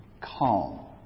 calm